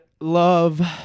Love